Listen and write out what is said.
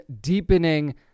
deepening